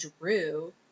drew